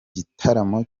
gitaramo